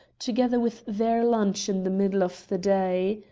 together with their lunch in the middle of the day.